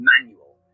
manual